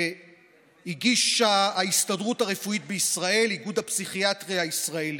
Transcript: שהגישו ההסתדרות הרפואית בישראל ואיגוד הפסיכיאטריה הישראלי.